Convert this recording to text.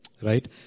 right